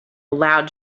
loud